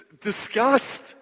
disgust